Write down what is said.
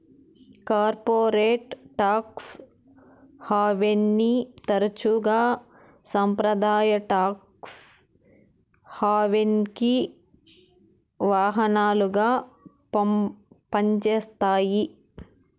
corporate tax హావెన్ని తరచుగా సంప్రదాయ టాక్స్ హావెన్కి వాహనాలుగా పంజేత్తాయి